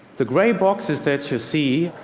the gray boxes that you see,